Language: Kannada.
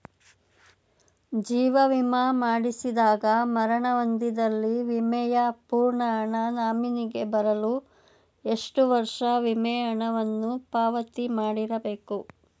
ಜೀವ ವಿಮಾ ಮಾಡಿಸಿದಾಗ ಮರಣ ಹೊಂದಿದ್ದಲ್ಲಿ ವಿಮೆಯ ಪೂರ್ಣ ಹಣ ನಾಮಿನಿಗೆ ಬರಲು ಎಷ್ಟು ವರ್ಷ ವಿಮೆ ಹಣವನ್ನು ಪಾವತಿ ಮಾಡಿರಬೇಕು?